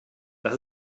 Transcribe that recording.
das